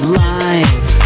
life